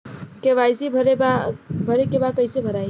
KYC भरे के बा कइसे भराई?